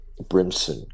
Brimson